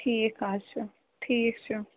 ٹھیٖک حظ چھُ ٹھیٖک چھُ